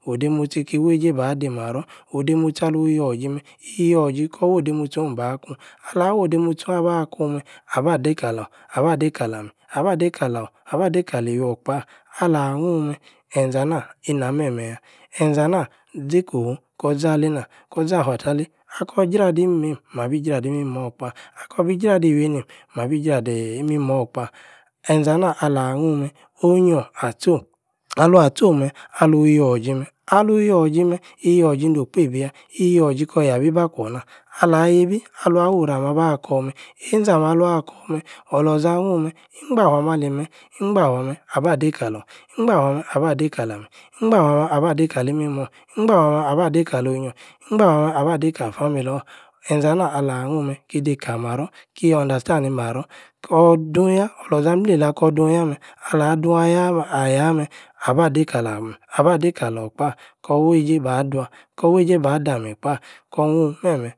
odemotsi-kiyi-wei-je ba-di-maror. odemotsi alun yor-ji-meh. iyor-ji kor-woh-demotsonh ba-kun alah-wooh-demotsi-ooh abah-kun-meh. abah-dei-kalor. aba-dei kalami. aba-dei-kalor. aba-dei kali-iwuor-kpah. alah-hnun-meh. enȝa-nah. ini-meh meh-yah. enȝa-nah, ȝi-kofu. kor-ȝi-aleinah korȝi-afua-talei. akor jradi-imimeim. mabi-jradi-imimor-kpah. akobi-jradi-iweinim, mabi-jradeeeh imimor-kpah. enȝa-anah-alah-hnun-meh. onyior ah tcho'm. alvan tcho'm-meh. alun-yior-iji-meh. alunh-yior-iji-meh. i-yior-iji-no-kpei-bi-lah. iyior-iji-kor yabi-bah-kwor-na. alvan-yibi-alvan-wora-meh abah kor-meh. enȝi-ameh alvan kor-meh. oloȝa-hnun-meh. ngbafue-ameh-ali-meh. ngbafwe-ameh abah dei-ka-lor. ngbafwe-ameh aba-dei-kalam. ngbafwe-ameh aba-dei kali-imimor. ngbafwe-ameh aba-dei kalor-onyior. ngbafwe-ameh. aba-dei ka-familor enȝe-anah. alahnun-meh. ki-dei kali-maror. ki-understandi-maror. kor-dun-yah. oloȝa. mleiya-kor dun-yah meh. ala-dun-ayah-ayameh. aba-dei-kalami-aba-dei-kalor-kpah. kor-weije ba-duƌh. kor-weije ba-dami-kpah. kor-hnun meh-meh